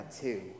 two